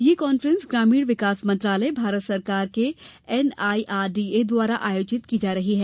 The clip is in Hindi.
यह कॉन्फ्रेंस ग्रामीण विकास मंत्रालय भारत सरकार के एनआईआर डीए द्वारा आयोजित की जा रही है